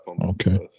Okay